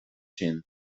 sin